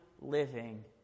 living